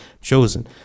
chosen